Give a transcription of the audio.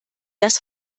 das